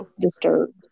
disturbed